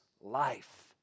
life